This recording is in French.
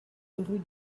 rue